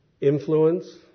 influence